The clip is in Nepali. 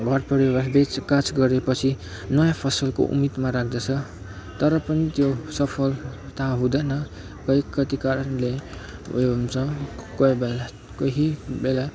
घर परिवार बेचकाज गरेपछि नयाँ फसलको उम्मिदमा राख्दछ तर पनि त्यो सफलता हुँदैन कोही कति कारणले उयो हुन्छ कोही बेला कोही बेला